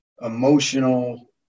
emotional